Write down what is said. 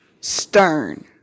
stern